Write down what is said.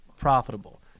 profitable